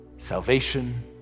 Salvation